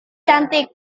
cantik